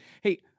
Hey